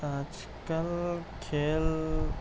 آج کل کھیل